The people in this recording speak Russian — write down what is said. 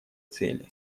цели